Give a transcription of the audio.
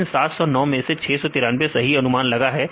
इन 709 मैं से 693 सही अनुमान लगा है